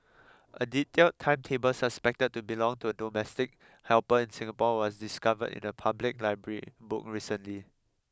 a detailed timetable suspected to belong to a domestic helper in Singapore was discovered in a public library book recently